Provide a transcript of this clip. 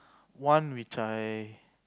one which I